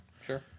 sure